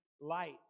light